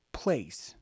place